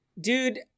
Dude